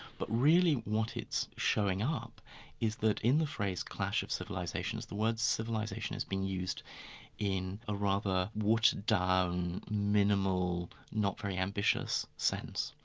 but really what it's showing up is that in the phrase clash of civilisations, the word civilisation is being used in a rather watered-down, minimal, not very ambitious sense.